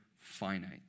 finite